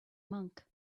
monk